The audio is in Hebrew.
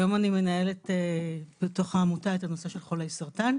היום אני מנהלת בעמותה את נושא חולי סרטן.